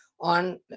on